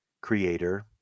creator